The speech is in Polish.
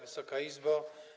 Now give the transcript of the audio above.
Wysoka Izbo!